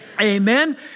Amen